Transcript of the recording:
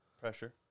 pressure